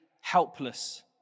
helpless